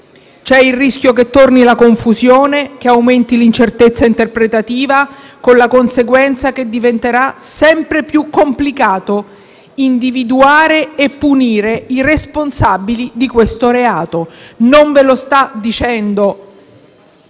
c'è il rischio che torni la confusione, che aumenti l'incertezza interpretativa, con la conseguenza che diventerà sempre più complicato individuare e punire i responsabili di questo reato. Non ve lo sta dicendo